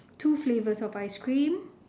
two flavours of ice cream